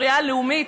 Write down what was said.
הספרייה הלאומית